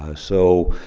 ah so,